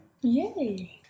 Yay